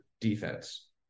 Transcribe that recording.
defense